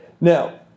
Now